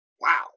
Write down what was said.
Wow